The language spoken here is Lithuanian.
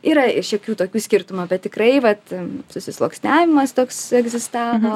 yra ir šiokių tokių skirtumų tikrai vat susisluoksniavimas toks egzistavo